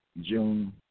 June